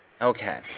Okay